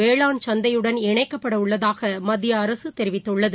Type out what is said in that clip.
வேளாண் சந்தையுடன் இணைக்கப்பட உள்ளதாக மத்திய அரசு தெரிவித்துள்ளது